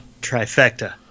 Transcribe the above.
trifecta